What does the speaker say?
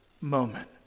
moment